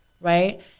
Right